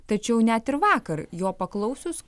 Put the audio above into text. tačiau net ir vakar jo paklausius